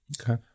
Okay